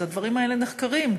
הדברים האלה נחקרים,